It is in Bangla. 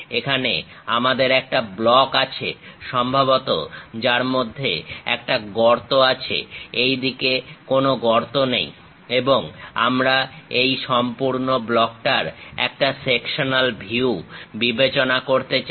এখানে আমাদের একটা ব্লক আছে সম্ভবত যার মধ্যে একটা গর্ত আছে এইদিকে কোনো গর্ত নেই এবং আমরা এই সম্পূর্ণ ব্লকটার একটা সেকশনাল ভিউ বিবেচনা করতে চাই